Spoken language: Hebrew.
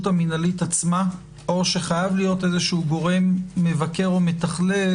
המינהלית עצמה או חייב להיות גורם מבקר או מתכלל,